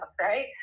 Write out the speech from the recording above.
right